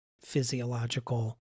physiological